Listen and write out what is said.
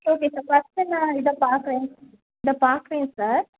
okay sir first நான் இதை பார்க்குறேன் இதை பார்க்குறேன் சார்